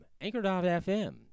Anchor.fm